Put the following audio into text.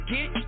Get